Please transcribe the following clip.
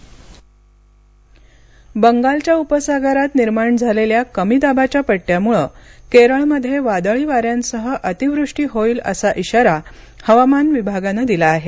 करिळ मासगिरी बंदी बंगालच्या उपसागरात निर्माण झालेल्या कमी दाबाघ्या पट्टयामुळे केरळमध्ये वादळी वाऱ्यांसह अतीवृष्टी होईल असा इशारा हवामान विभागानं दिला आहे